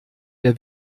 wer